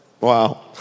Wow